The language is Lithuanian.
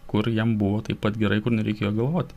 kur jam buvo taip pat gerai kur nereikėjo galvot